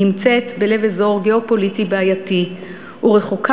נמצאת בלב אזור גיאו-פוליטי בעייתי ורחוקה